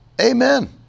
Amen